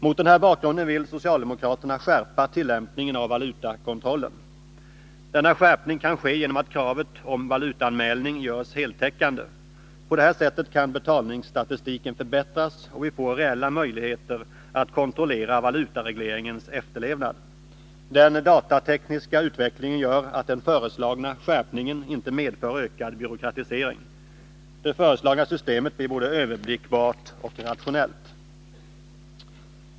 Mot den här bakgrunden vill socialdemokraterna skärpa tillämpningen av valutakontrollen. Denna skärpning kan ske genom att kravet på valutaanmälning görs heltäckande. På det sättet kan betalningsbalansstatistiken förbättras, och vi får reella möjligheter att kontrollera valutaregleringens efterlevnad. Den datatekniska utvecklingen gör att den föreslagna skärpningen inte medför ökad byråkratisering. Det föreslagna systemet blir både överblickbart och rationellt.